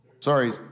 Sorry